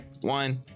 one